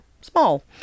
small